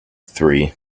three